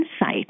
insight